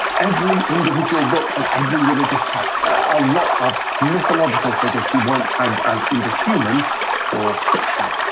every individual book of every religious text. a lot of mythological figures who weren't tagged as either human or fictional.